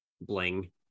bling